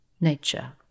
nature